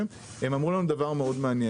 הם אמרו לנו משהו מאוד מעניין.